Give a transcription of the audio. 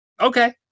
Okay